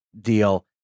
deal